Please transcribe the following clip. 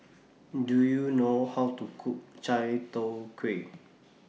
Do YOU know How to Cook Chai Tow Kuay